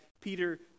Peter